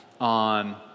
On